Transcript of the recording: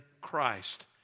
Christ